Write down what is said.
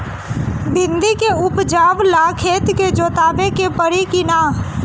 भिंदी के उपजाव ला खेत के जोतावे के परी कि ना?